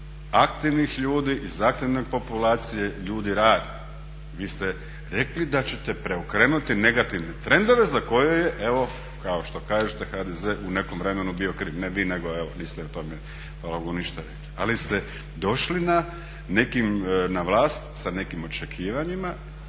aktivnih ljudi iz aktivne populacije ljudi rade. Vi ste rekli da će preokrenuti negativne trendove za koje je evo kao što kažete HDZ u nekom vremenu bio … ali ste došli na vlast sa nekim očekivanjima,